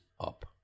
up